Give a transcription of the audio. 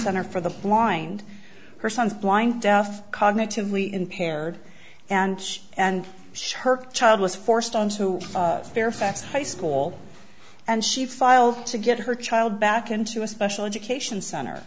center for the blind her son's blind deaf cognitively impaired and she and her child was forced onto fairfax high school and she filed to get her child back into a special education center